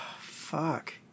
Fuck